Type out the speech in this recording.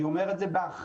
ואני אומר את זה באחריות.